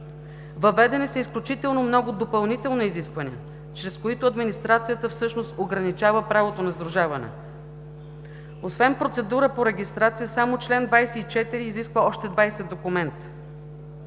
Въведени са изключително много допълнителни изисквания, чрез които администрацията всъщност ограничава правото на сдружаване. Освен процедура по регистрация, само чл. 24 изисква още 20 документа.